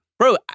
Bro